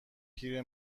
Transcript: پیر